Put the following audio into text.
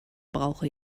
brauche